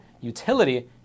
utility